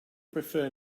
prefer